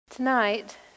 Tonight